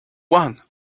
one